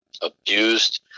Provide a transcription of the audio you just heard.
abused